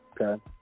Okay